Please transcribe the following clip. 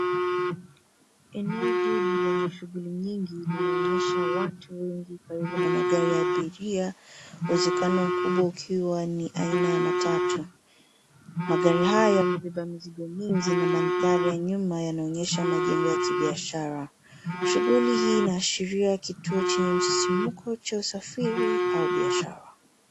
Eneo hili lenye shughuli nyingi, linaonyesha watu wengi karibu na magari ya abiria, uwezekano mkubwa ukiwa ni aina ya matatu. Magari haya yamebeba mizigo mingi na mandhari ya nyuma yanaonyesha majengo ya kibiashara. Shughuli hii inaashiria kituo chenye msisimuko cha usafiri au biashara.